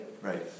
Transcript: Right